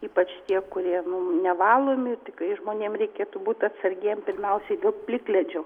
ypač tie kurie nevalomi tikrai žmonėm reikėtų būt atsargiem pirmiausiai dėl plikledžio